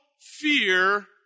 fear